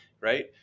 right